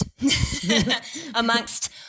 amongst